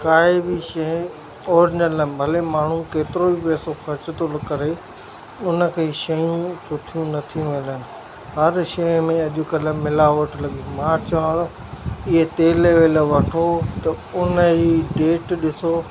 काई बि शइ ओरिजिनल न भले माण्हू केतिरो बि पेसो ख़र्च थो करे उन खे ई शयूं सुठियूं नथियूं मिलनि हर शइ में अॼुकल्ह मिलावटि लॻी मां चवां थो इहे तेलु वेलु वठो त उन ई डेट ॾिसो